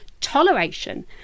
toleration